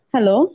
Hello